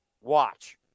Watch